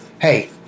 hey